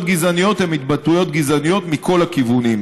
גזעניות הן התבטאויות גזעניות מכל הכיוונים,